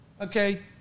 okay